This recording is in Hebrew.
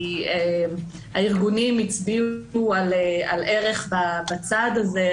כי הארגונים הצביעו על ערך בצעד הזה,